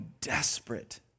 desperate